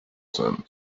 them